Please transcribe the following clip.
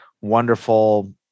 wonderful